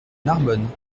narbonne